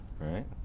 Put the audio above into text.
right